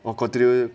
or continue